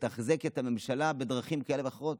את הממשלה בדרכים כאלה ואחרות.